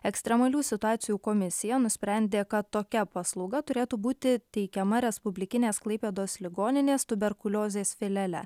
ekstremalių situacijų komisija nusprendė kad tokia paslauga turėtų būti teikiama respublikinės klaipėdos ligoninės tuberkuliozės filiale